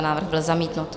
Návrh byl zamítnut.